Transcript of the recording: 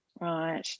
Right